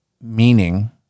meaning